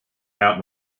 out